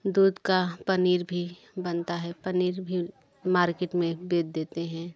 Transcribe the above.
दूध का पनीर भी बनता है पनीर भी मार्केट में बेच देते हैं